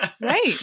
Right